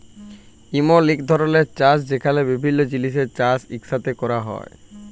ইমল ইক ধরলের চাষ যেখালে বিভিল্য জিলিসের চাষ ইকসাথে ক্যরা হ্যয় বেশি ফললের জ্যনহে